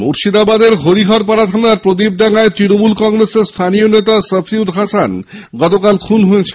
মুর্শিদাবাদের হরিহরপাড়া থানার প্রদীপডাঙায় তৃণমূল কংগ্রেসের স্থানীয় নেতা সফিউল হাসান গতকাল খুন হয়েছেন